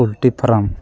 poultry farm